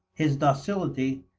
his docility,